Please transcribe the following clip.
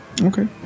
Okay